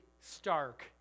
stark